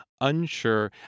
unsure